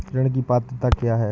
ऋण की पात्रता क्या है?